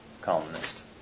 columnist